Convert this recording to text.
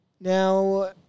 Now